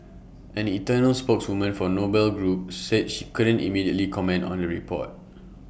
an external spokeswoman for noble group said she couldn't immediately comment on the report